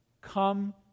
Come